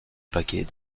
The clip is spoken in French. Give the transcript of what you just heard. paquet